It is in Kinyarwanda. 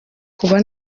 kuba